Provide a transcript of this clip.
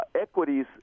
Equities